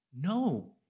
no